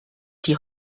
die